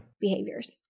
behaviors